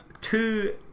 two